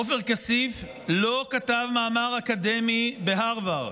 עופר כסיף לא כתב מאמר אקדמי בהרווארד,